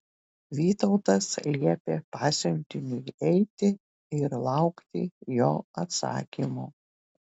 vytautas liepė pasiuntiniui eiti ir laukti jo atsakymo